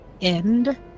end